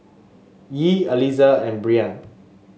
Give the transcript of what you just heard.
Yee Aliza and Breann